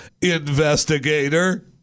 Investigator